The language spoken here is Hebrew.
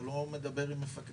אם אתה לא מדבר עם מפקדים,